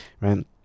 right